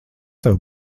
tev